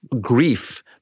grief